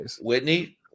Whitney